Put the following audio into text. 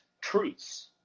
truths